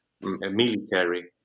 military